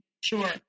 Sure